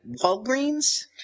Walgreens